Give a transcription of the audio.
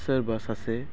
सोरबा सासे